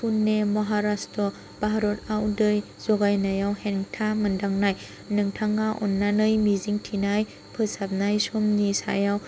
पुने महाराष्ट्र भारतआव दै जगायनायाव हेंथा मोनदांनाय नोंथाङा अन्नानै मिजिं थिनाय फोसाबनाय समनि सायाव